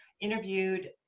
interviewed